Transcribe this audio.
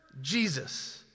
Jesus